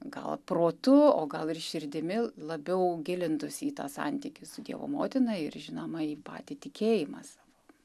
gal protu o gal ir širdimi labiau gilintųsi į tą santykį su dievo motina ir žinoma į patį tikėjimą savo